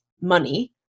money